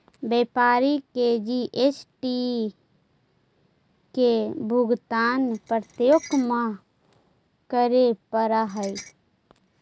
व्यापारी के जी.एस.टी के भुगतान प्रत्येक माह करे पड़ऽ हई